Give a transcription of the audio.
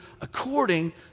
according